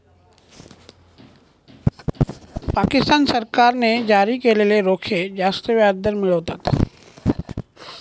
पाकिस्तान सरकारने जारी केलेले रोखे जास्त व्याजदर मिळवतात